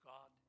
God